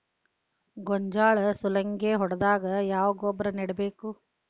ಗೋಂಜಾಳ ಸುಲಂಗೇ ಹೊಡೆದಾಗ ಯಾವ ಗೊಬ್ಬರ ನೇಡಬೇಕು?